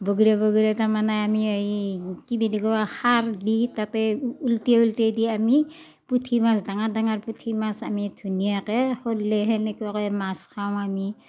বগৰিয়াই বগৰিয়াই তাৰমানে আমি এই কি বুলি কোৱা খাৰ দি তাতে উলতিয়াই উলতিয়াই দি আমি পুঠি মাছ ডাঙৰ ডাঙৰ পুঠি মাছ আমি ধুনীয়াকে হুল্লে তেনেকুৱাকে মাছ খাওঁ আমি